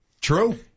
True